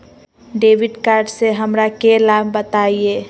Debit card से हमरा के लाभ बताइए?